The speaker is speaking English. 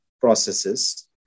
processes